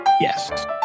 Yes